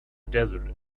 desert